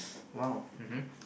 !wow! mmhmm